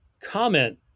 comment